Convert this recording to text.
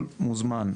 מוזמן.